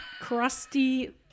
Crusty